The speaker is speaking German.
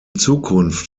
zukunft